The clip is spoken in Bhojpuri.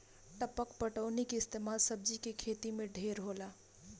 टपक पटौनी के इस्तमाल सब्जी के खेती मे ढेर होला